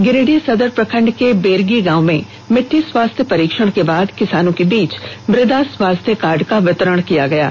गिरिडीह सदर प्रखंड के बेरगी गांव में मिट्टी स्वास्थ्य परीक्षण के बाद किसानों के बीच मृदा स्वास्थ्य कार्ड का वितरण किया गया है